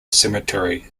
cemetery